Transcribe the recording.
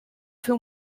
fer